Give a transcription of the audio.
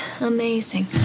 amazing